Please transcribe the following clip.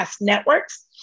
networks